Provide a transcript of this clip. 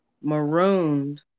Marooned